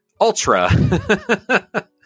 ultra